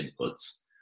inputs